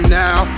now